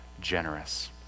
generous